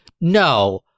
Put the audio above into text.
No